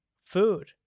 food